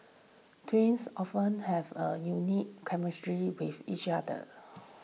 twins often have a unique chemistry with each other